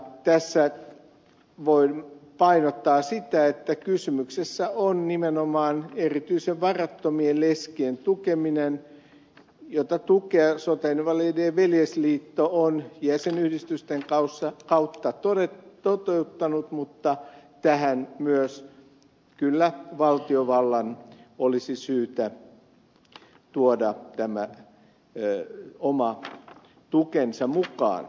tässä voin painottaa sitä että kysymyksessä on nimenomaan erityisen varattomien leskien tukeminen jota tukea sotainvalidien veljesliitto on jäsenyhdistystensä kautta toteuttanut mutta tähän myös kyllä valtiovallan olisi syytä tuoda oma tukensa mukaan